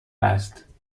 است